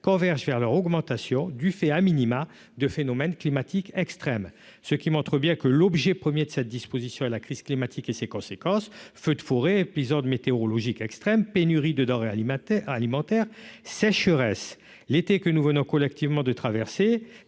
convergent vers leur augmentation du fait a minima de phénomènes climatiques extrêmes, ce qui montre bien que l'objet 1er de cette disposition la crise climatique et ses conséquences, feux de forêt épisodes météorologiques extrêmes pénurie de denrées alimentaires alimentaire sécheresse l'été que nous venons collectivement de traverser